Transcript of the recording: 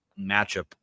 matchup